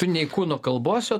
tu nei kūno kalbos jo